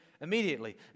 Immediately